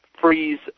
freeze